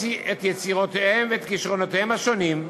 את יצירתיותם ואת כישרונותיהם השונים,